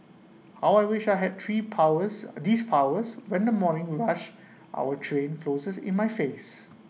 how I wish I had tree powers these powers when the morning rush our train closes in my face